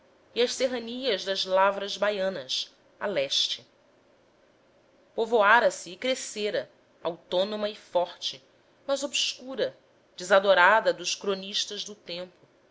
e às serranias das lavras baianas a leste povoara se e crescera autônoma e forte mas obscura desadorada dos cronistas do tempo